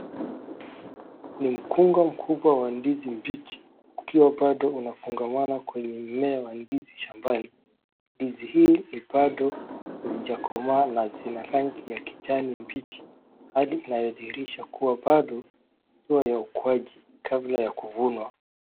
Ni mkunga mkubwa wa ndizi mbichi ukiwa bado unafungamana kwenye mmea wa ndizi shambani. Ndizi hii ni bado hazijakomaa na zina rangi ya kijani kimbichi hali inayodhihirisha bado hatua ya ukuaji kabla ya kuvunwa.